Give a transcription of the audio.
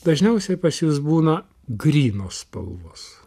dažniausiai pas jus būna grynos spalvos